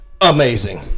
amazing